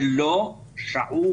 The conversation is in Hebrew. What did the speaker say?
הם לא שעו.